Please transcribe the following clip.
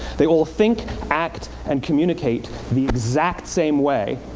they all think, act and communicate the exact same way.